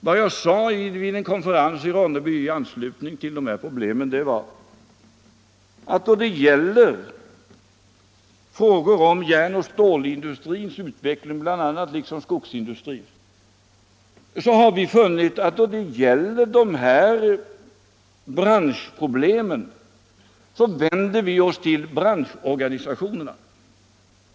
Vad jag sade vid en konferens i Ronneby i anslutning till de här problemen var att då det gäller frågor om järnoch stålindustrins utveckling, liksom skogsindustrins, vänder vi oss till branschorganisationerna.